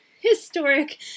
historic